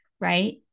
right